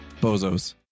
bozos